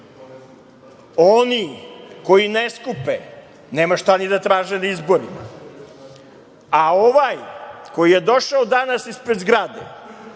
Oni koji ne skupe, nema šta ni da traže na izborima. Ovaj, koji je došao danas ispred zgrade,